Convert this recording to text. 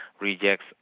rejects